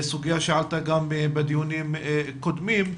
סוגיה שעלתה גם בדיונים קודמים.